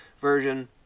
version